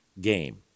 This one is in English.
game